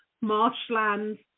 marshlands